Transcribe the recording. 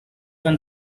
when